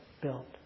built